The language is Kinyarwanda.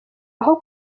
aho